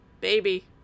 Baby